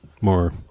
more